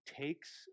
takes